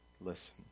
Listen